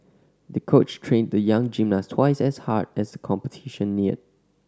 the coach trained the young gymnast twice as hard as the competition neared